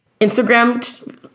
Instagram